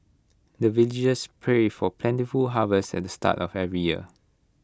the villagers pray for plentiful harvest at the start of every year